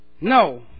No